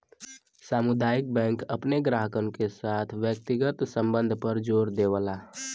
सामुदायिक बैंक अपने ग्राहकन के साथ व्यक्तिगत संबध पर जोर देवला